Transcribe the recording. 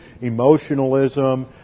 emotionalism